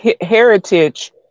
heritage